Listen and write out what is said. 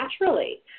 naturally